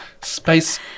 space